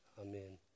Amen